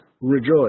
rejoice